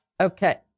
Okay